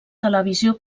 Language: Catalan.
televisió